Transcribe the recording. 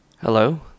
Hello